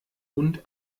und